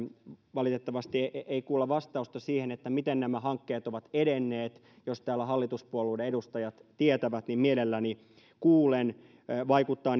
valitettavasti ei kuulla vastausta siihen miten nämä hankkeet ovat edenneet jos täällä hallituspuolueiden edustajat tietävät niin mielelläni kuulen vaikuttaa